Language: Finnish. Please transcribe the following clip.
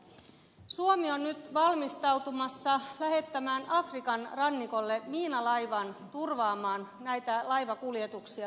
suomi on nyt valmistautumassa lähettämään afrikan rannikolle miinalaivan turvaamaan laivakuljetuksia siellä